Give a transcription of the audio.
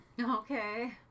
Okay